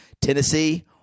Tennessee